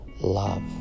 love